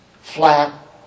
flat